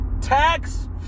tax